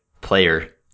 player